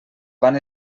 van